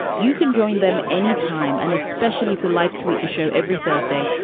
you can join them anytime and especially to life. tweet the show every thursday.